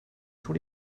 tous